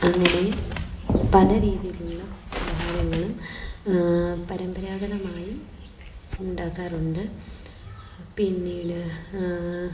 അങ്ങനെ പലരീതിയിലുള്ള ആഹാരങ്ങളും പരമ്പരാഗതമായി ഉണ്ടാക്കാറുണ്ട് പിന്നീട്